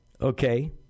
Okay